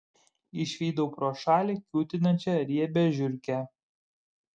išvydau pro šalį kiūtinančią riebią žiurkę